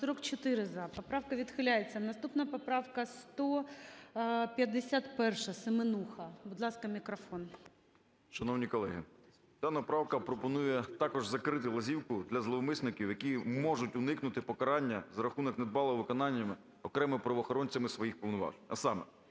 За-44 Поправка відхиляється. Наступна поправка 151-а,Семенуха. Будь ласка мікрофон. 13:46:52 СЕМЕНУХА Р.С. Шановні колеги! Дана правка пропонує також закрити лазівку для зловмисників, які можуть уникнути покарання за рахунок недбалого виконання окремими правоохоронцями своїх повноважень.